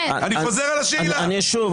אני חוזר על השאלה.